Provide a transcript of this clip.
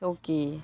सौखि